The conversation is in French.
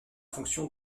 fonction